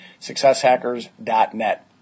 successhackers.net